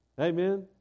amen